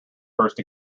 first